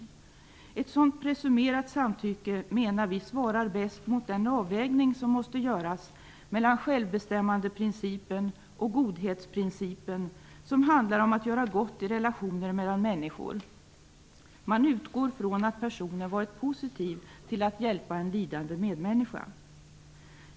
Vi menar att ett sådant presumerat samtycke svarar bäst mot den avvägning som måste göras mellan självbestämmandeprincipen och godhetsprincipen, som handlar om att göra gott i relationer mellan människor. Man utgår ifrån att personen varit positiv till att hjälpa en lidande medmänniska.